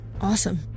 Awesome